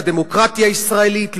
לדמוקרטיה הישראלית,